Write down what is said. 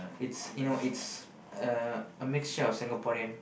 it's you know it's uh a mixture of Singaporean